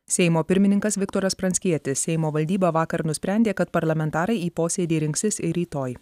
seimo pirmininkas viktoras pranckietis seimo valdyba vakar nusprendė kad parlamentarai į posėdį rinksis rytoj